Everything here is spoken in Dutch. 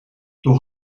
door